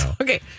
Okay